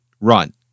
run